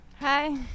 hi